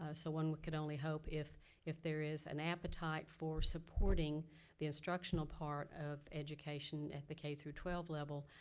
ah so one but could only hope if if there is an appetite for supporting the instructional part of education at the k twelve level,